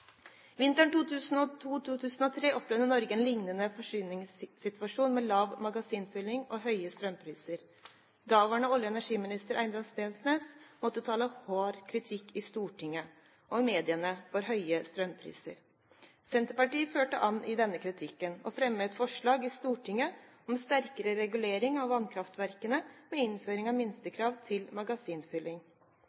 Vinteren 2002–2003 opplevde Norge en liknende forsyningssituasjon med lav magasinfylling og høye strømpriser. Daværende olje- og energiminister Einar Steensnæs måtte tåle hard kritikk i Stortinget og i mediene for høye strømpriser. Senterpartiet førte an i denne kritikken, og fremmet et forslag i Stortinget om sterkere regulering av vannkraftverkene med innføring av